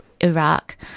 Iraq